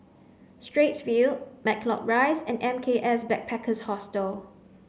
Straits View Matlock Rise and M K S Backpackers Hostel